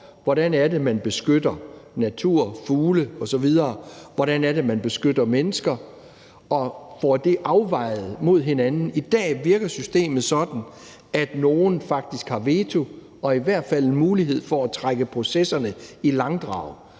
hvordan det er, man beskytter natur, bl.a. fugle osv., og hvordan det er, man beskytter mennesker, så vi får det afvejet mod hinanden. I dag virker systemet sådan, at nogle faktisk har vetoret og i hvert fald mulighed for at trække processerne i langdrag.